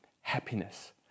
happiness